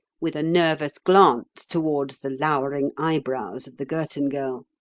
with a nervous glance towards the lowering eyebrows of the girton girl.